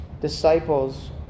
disciples